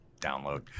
download